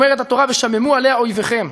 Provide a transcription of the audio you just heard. אומרת התורה: "ושממו עליה אֹיביכם".